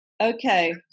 Okay